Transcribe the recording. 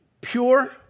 pure